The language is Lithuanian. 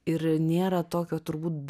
ir nėra tokio turbūt